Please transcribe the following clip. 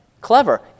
clever